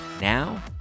now